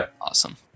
awesome